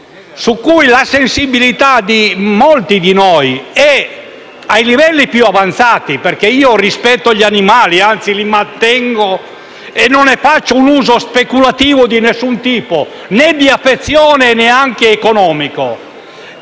genere la sensibilità di molti di noi sia ai livelli più avanzati. Io rispetto gli animali, anzi li mantengo e non ne faccio un uso speculativo di alcun tipo, né di affezione e neanche economico.